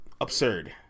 absurd